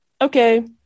okay